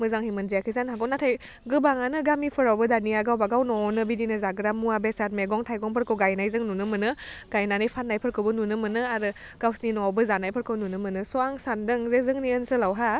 मोजाङै मोनजायाखै जानो हागौ नाथाय गोबांआनो गामिफोरावबो दानिया गावबा गाव न'आवनो बिदिनो जाग्रा मुवा बेसाद मेगं थाइगंफोरखौ गायनाय जों नुनो मोनो गायनानै फाननायफोरखौबो नुनो मोनो आरो गावसिनि नआवबो जानायफोरखौ नुनो मोनो सह आं सानदों जे जोंनि ओनसोलावहा